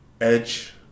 Edge